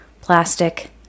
plastic